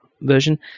version